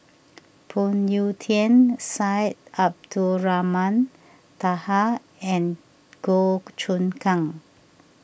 Phoon Yew Tien Syed Abdulrahman Taha and Goh Choon Kang